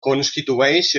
constitueix